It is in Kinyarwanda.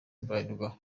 bralirwa